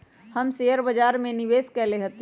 हम शेयर बाजार में निवेश कएले हती